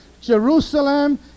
Jerusalem